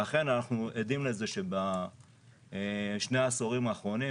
ואכן אנחנו עדים לזה שבשני העשורים האחרונים,